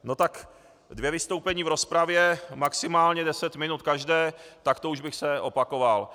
No tak dvě vystoupení v rozpravě maximálně deset minut každé, tak to už bych se opakoval.